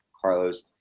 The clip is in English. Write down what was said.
Carlos